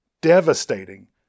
devastating